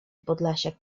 podlasiak